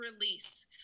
release